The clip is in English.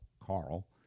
Carl